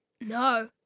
No